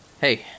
Hey